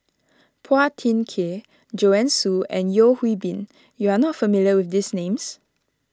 Phua Thin Kiay Joanne Soo and Yeo Hwee Bin you are not familiar with these names